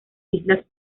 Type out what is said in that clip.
islas